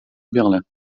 berlin